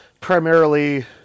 primarily